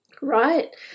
right